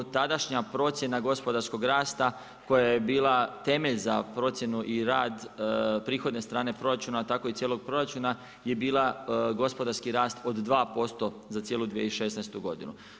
Tadašnja procjena gospodarskog rasta koja je bila temelj za procjenu i rad prihodne strane proračuna, tako i cijelog proračuna, je bila gospodarski rast od 2% za cijelu 2016. godinu.